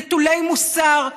נטולי מוסר,